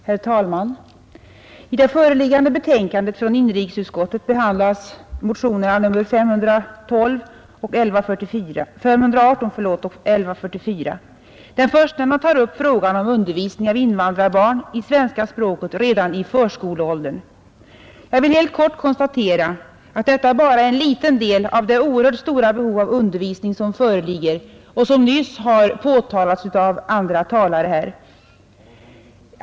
Herr talman! I föreliggande betänkande från inrikesutskottet behandlas motionerna 518 och 1144. Den förstnämnda motionen tar upp frågan om undervisning av invandrarbarn i svenska språket redan i förskoleål Jag vill helt kort konstatera att detta bara är en liten del av det oerhört stora behov av undervisning som föreligger och som nyss har berörts av andra talare.